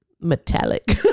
metallic